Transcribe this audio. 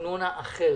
ארנונה אחרת.